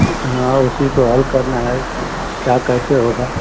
हाँ उसी को हल करना है क्या कैसे होगा